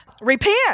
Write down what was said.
repent